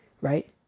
right